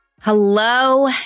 Hello